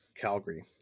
Calgary